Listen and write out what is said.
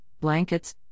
blankets